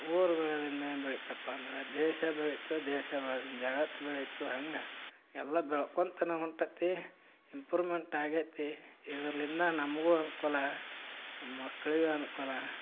ಊರು ಬೆಳಿದಿಂದ ಏನು ಬೆಳಿತಪ್ಪ ಅಂದ್ರೆ ದೇಶ ಬೆಳಿತು ದೇಶ ಬೆಳ್ದಿಂದ ಜಗತ್ತು ಬೆಳಿತು ಹಂಗೆ ಎಲ್ಲ ಬೆಳ್ಕೊತನ ಹೊಂಟತ್ತಿ ಇಂಪ್ರೂವ್ಮೆಂಟ್ ಆಗೈತಿ ಇದರಿಂದ ನಮಗೂ ಅನುಕೂಲ ನಮ್ಮ ಮಕ್ಕಳಿಗೂ ಅನುಕೂಲ